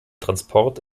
transport